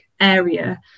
area